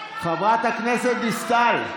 חברת הכנסת דיסטל,